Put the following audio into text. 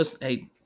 Hey